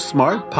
Smart